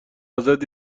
ازت